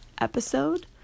episode